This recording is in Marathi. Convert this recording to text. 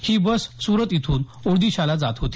ही बस सूरत इथून ओदिशाला जात होती